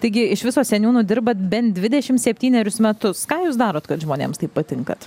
taigi iš viso seniūnu dirbat bent dvidešim septynerius metus ką jūs darot kad žmonėms taip patinkat